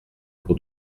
pour